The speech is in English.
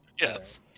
yes